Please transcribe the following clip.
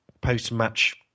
post-match